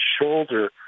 shoulder